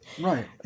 Right